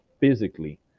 physically